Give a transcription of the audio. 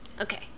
okay